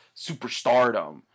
superstardom